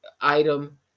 item